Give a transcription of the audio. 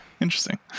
Interesting